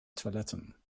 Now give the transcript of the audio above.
toiletten